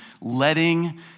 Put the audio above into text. letting